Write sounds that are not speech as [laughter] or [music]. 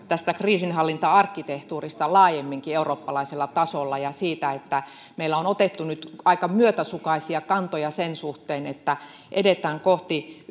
tästä kriisinhallinta arkkitehtuurista laajemminkin eurooppalaisella tasolla ja siitä että meillä on otettu nyt aika myötäsukaisia kantoja sen suhteen että edetään kohti [unintelligible]